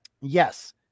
Yes